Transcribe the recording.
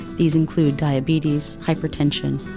these include diabetes, hypertension,